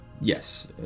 yes